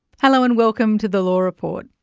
hello and welcome to the law report,